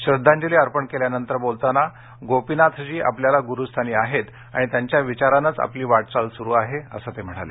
श्रद्धांजली अर्पण केल्यानंतर बोलताना गोपीनाथजी आपल्याला गुरूस्थानी आहेत आणि त्यांच्या विचारानंच आपली वाटचाल सुरू आहे असं ते म्हणाले